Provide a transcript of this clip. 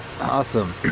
awesome